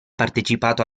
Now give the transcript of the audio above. partecipato